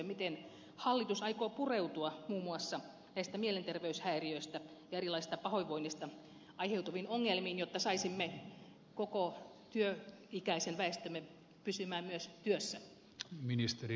miten hallitus aikoo pureutua muun muassa näistä mielenterveyshäiriöistä ja erilaisesta pahoinvoinnista aiheutuviin ongelmiin jotta saisimme koko työikäisen väestömme pysymään myös työssä